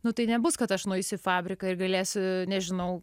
nu tai nebus kad aš nueisiu į fabriką ir galėsiu nežinau